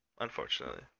unfortunately